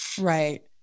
Right